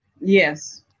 Yes